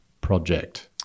Project